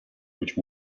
which